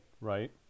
right